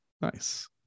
Nice